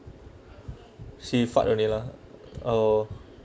she fast learning lah oh